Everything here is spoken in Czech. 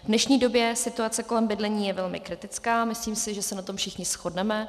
V dnešní době situace kolem bydlení je velmi kritická, myslím si, že se na tom všichni shodneme.